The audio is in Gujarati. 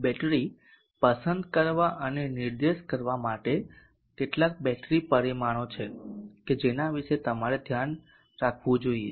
બેટરી પસંદ કરવા અને નિર્દેશ કરવા માટે કેટલાક બેટરી પરિમાણો છે કે જેના વિશે તમારે ધ્યાન રાખવું જોઈએ